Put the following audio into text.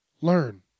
Learn